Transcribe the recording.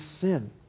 sin